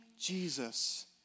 Jesus